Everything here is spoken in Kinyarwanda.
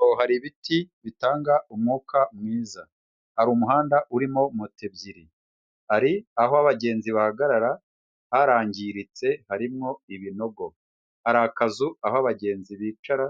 Aho hari ibiti bitanga umwuka mwiza, hari umuhanda urimo moto ebyiri, hari aho abagenzi bahagarara harangiritse harimo ibinogo, hari akazu aho abagenzi bicara